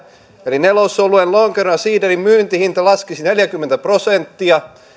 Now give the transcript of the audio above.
eli nelosoluen lonkeron ja siiderin myyntihinta laskisi neljäkymmentä prosenttia